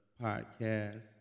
podcast